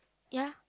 ya